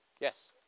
Yes